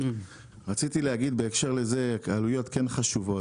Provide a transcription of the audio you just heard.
רציתי להגיד בהקשר לזה שהעלויות כן חשובות.